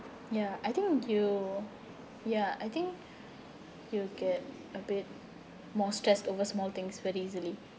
ya I think you ya I think you'll get a bit more stressed over small things very easily